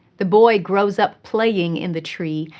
the boy grows up playing in the tree,